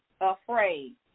afraid